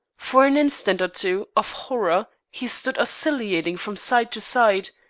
for an instant or two of horror he stood oscillating from side to side,